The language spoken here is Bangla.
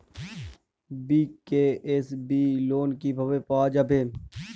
বি.কে.এস.বি লোন কিভাবে পাওয়া যাবে?